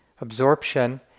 absorption